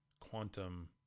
Quantum